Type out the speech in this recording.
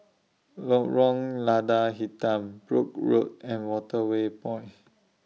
Lorong Lada Hitam Brooke Road and Waterway Point